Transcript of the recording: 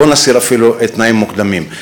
בוא נסיר אפילו תנאים מוקדמים.